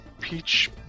Peach